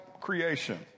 creation